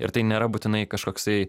ir tai nėra būtinai kažkoksai